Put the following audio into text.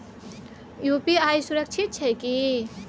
UPI सुरक्षित छै की?